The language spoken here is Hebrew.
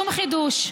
שום חידוש.